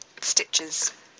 stitches